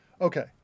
okay